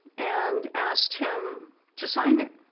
and asked him to sign it.